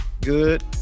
good